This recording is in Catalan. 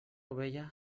ovella